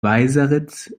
weißeritz